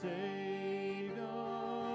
Savior